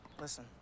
Listen